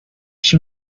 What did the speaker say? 山西省